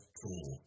tool